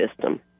system